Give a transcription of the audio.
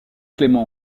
clément